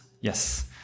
yes